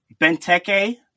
Benteke